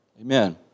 Amen